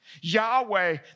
Yahweh